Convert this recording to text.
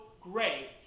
great